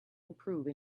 improve